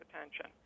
attention